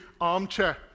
armchair